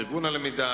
ארגון הלמידה,